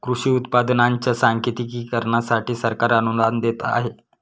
कृषी उत्पादनांच्या सांकेतिकीकरणासाठी सरकार अनुदान देत आहे